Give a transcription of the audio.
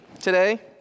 today